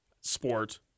sport